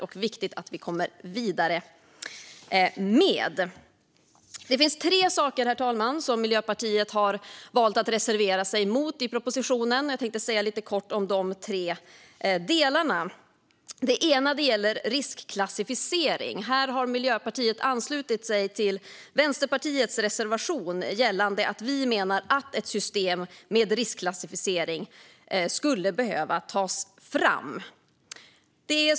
Det är viktigt att vi kommer vidare med det. Det finns tre saker, herr talman, som Miljöpartiet har valt att reservera sig mot i propositionen. Jag tänkte prata lite kort om de tre delarna. En gäller riskklassificering. Här har Miljöpartiet anslutit sig till Vänsterpartiet i en reservation. Vi menar att ett system med riskklassificering skulle behöva tas fram.